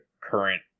current